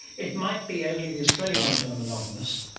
it might be only the australian ones who are monogamous.